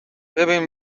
ببین